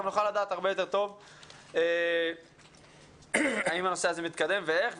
נוכל לדעת הרבה יותר טוב האם הנושא הזה מתקדם ואיך,